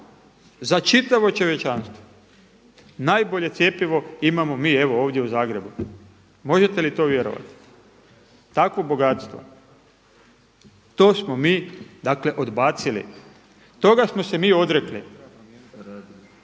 za čitavo čovječanstvo najbolje cjepivo imamo mi evo ovdje u Zagrebu. Možete li to vjerovati, takvo bogatstvo. To smo mi, dakle odbacili, toga smo se mi odrekli.